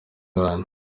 bwanyu